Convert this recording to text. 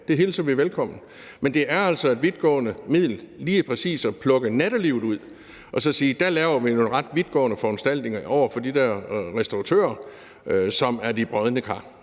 Det hilser vi velkommen. Men det er altså et vidtgående middel lige præcis at plukke nattelivet ud og så sige, at der laver vi nogle ret vidtgående foranstaltninger over for de der restauratører, som er de brodne kar.